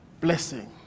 blessing